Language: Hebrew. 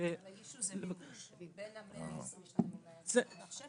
--- מבין ה-120 --- תיכף